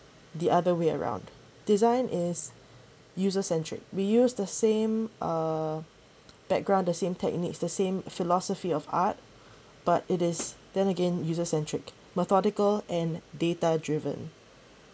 the other way around design is user centric we use the same uh background the same techniques the same philosophy of art but it is then again user centric methodical and data driven